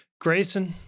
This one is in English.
Grayson